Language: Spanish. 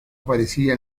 aparecía